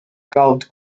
gold